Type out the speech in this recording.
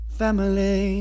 family